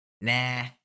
Nah